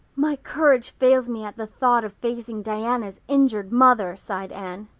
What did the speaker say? my courage fails me at the thought of facing diana's injured mother, sighed anne.